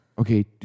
Okay